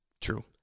True